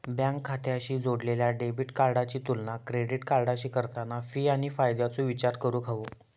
bank खात्याशी जोडलेल्या debit कार्डाची तुलना क्रेडिट कार्डाशी करताना फी आणि फायद्याचो विचार करूक हवो